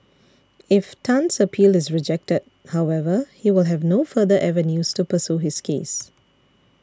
if Tan's appeal is rejected however he will have no further avenues to pursue his case